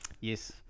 Yes